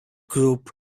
group